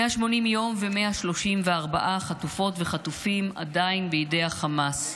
180 יום ו-134 חטופות וחטופים עדיין בידי החמאס.